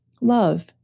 love